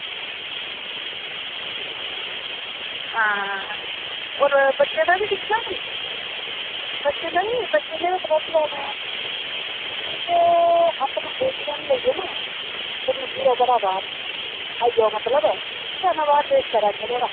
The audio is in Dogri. हां होर बच्चें दा बी दिक्खना नी बच्चें नै गै ड्रैस लैना ते तुस अपना एटीएम लेइयै ना ते निकली जाओ घरा दा बाहर आई जाओ मतलब ते में बाहर वेट करा नी आं थुआढ़ा